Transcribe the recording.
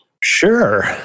Sure